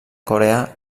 corea